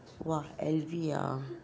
!wah! L_V ah